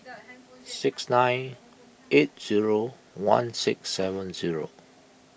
six nine eight zero one six seven zero